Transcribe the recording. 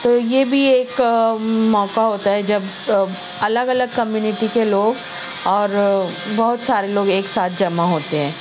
تو یہ بھی ایک موقع ہوتا ہے جب الگ الگ کمیونٹی کے لوگ اور بہت سارے لوگ ایک ساتھ جمع ہوتے ہیں